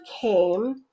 came